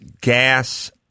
gas